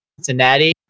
Cincinnati